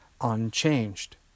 unchanged